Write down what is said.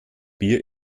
bier